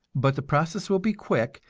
but the process will be quick,